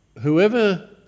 whoever